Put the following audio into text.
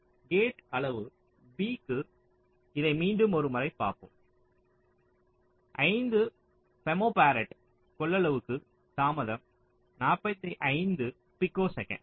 gate அளவு B க்கு இதை மீண்டும் ஒரு முறை பார்ப்போம் 5 ஃபெம்டோபரட் கொள்ளளவுக்கு தாமதம் 45 பைக்கோசெகண்டுகள்